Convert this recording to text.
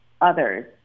others